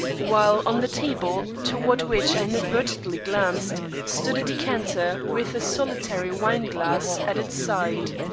while on the table, toward which i inadvertently glanced, stood a decanter with a solitary wineglass at its side.